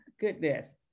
Goodness